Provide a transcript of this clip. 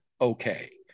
okay